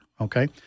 okay